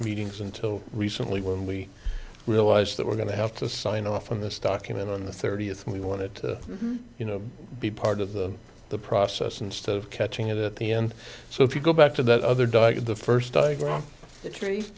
meetings until recently when we realized that we're going to have to sign off on this document on the thirtieth and we wanted to you know be part of the process instead of catching it at the end so if you go back to that other dog in the first diagram t